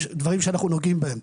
שאנחנו נוגעים בהן.